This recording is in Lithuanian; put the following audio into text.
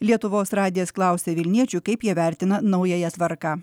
lietuvos radijas klausia vilniečių kaip jie vertina naująją tvarką